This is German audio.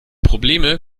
probleme